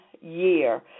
year